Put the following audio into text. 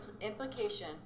implication